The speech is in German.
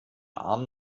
arm